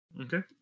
Okay